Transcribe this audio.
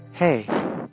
Hey